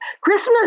Christmas